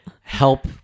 Help